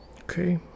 Okay